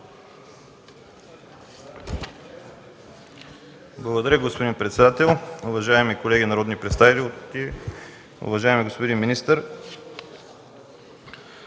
Благодаря, господин председател. Уважаеми колеги народни представители, уважаеми господин министър!